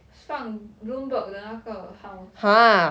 放 Bloomberg 的那个 house